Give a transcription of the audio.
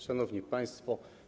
Szanowni Państwo!